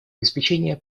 обеспечение